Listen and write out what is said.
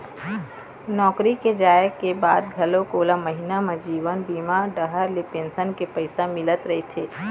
नौकरी के जाए के बाद घलोक ओला महिना म जीवन बीमा डहर ले पेंसन के पइसा मिलत रहिथे